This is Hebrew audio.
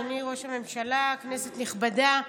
אדוני ראש הממשלה, כנסת נכבדה,